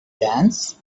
dance